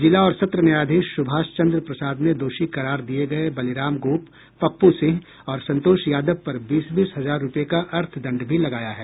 जिला और सत्र न्यायाधीश सुभाष चंद्र प्रसाद ने दोषी करार दिये गये बलिराम गोप पप्प् सिंह और संतोष यादव पर बीस बीस हजार रूपये का अर्थदंड भी लगाया है